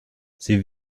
sie